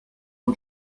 può